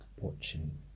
watching